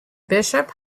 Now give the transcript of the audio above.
bishop